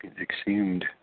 exhumed